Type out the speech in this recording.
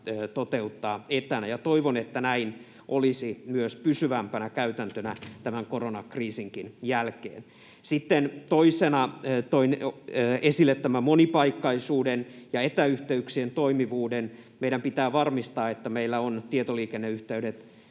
toteuttaa etänä, ja toivon, että näin olisi myös pysyvämpänä käytäntönä tämän koronakriisinkin jälkeen. Sitten toisena toin esille tämän monipaikkaisuuden ja etäyhteyksien toimivuuden. Meidän pitää varmistaa, että meillä on tietoliikenneyhteydet